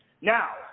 Now